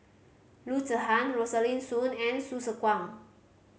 Loo Zihan Rosaline Soon and Hsu Tse Kwang